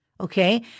Okay